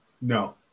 no